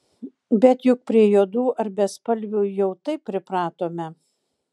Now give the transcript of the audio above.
bet juk prie juodų ar bespalvių jau taip pripratome